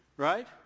Right